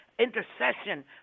intercession